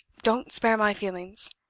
don't spare my feelings!